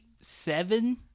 seven